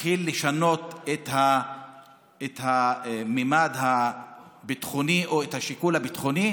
מתחיל לשנות את הממד הביטחוני או את השיקול הביטחוני?